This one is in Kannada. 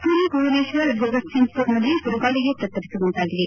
ಮರಿ ಭುವನೇಶ್ವರ್ ಜಗತ್ಸಿಂಗ್ಪುರ್ನಲ್ಲಿ ಬಿರುಗಾಳಿಗೆ ತತ್ತರಿಸುವಂತಾಗಿದೆ